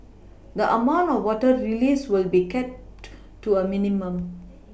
the amount of water released will be kept to a minimum